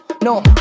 no